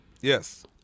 Yes